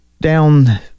down